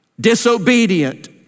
disobedient